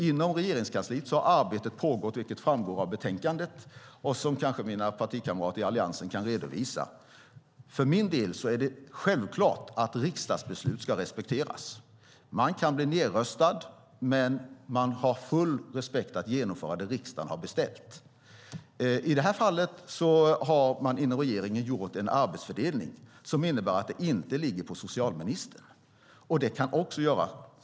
Inom Regeringskansliet har arbetet pågått, vilket framgår av betänkandet och som kanske mina partikamrater i Alliansen kan redovisa. För min del är det självklart att riksdagsbeslut ska respekteras. Man kan bli nedröstad, men man ska ha full respekt för att genomföra det riksdagen har beställt. I det här fallet har regeringen gjort en arbetsfördelning som innebär att frågan inte ligger på socialministern. Ibland sker en arbetsfördelning.